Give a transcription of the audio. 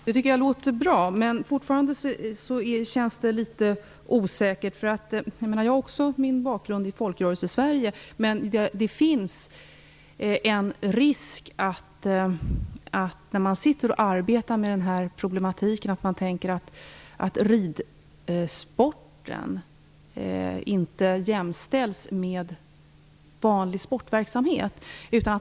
Herr talman! Det tycker jag låter bra. Men fortfarande känns det litet osäkert. Jag har också min bakgrund i Folkrörelsesverige. Men när man arbetar med den här problematiken finns det en risk att man tänker att ridsporten inte är att jämställa med vanlig sportverksamhet.